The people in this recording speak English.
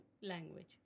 language